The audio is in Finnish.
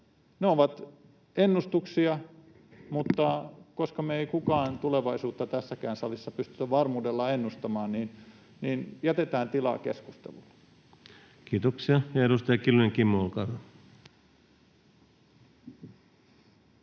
Ne ovat ennustuksia, mutta koska kukaan meistä tässäkään salissa ei tulevaisuutta pysty varmuudella ennustamaan, niin jätetään tilaa keskustelulle. Kiitoksia. — Ja edustaja Kiljunen, Kimmo, olkaa